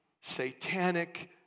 satanic